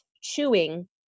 chewing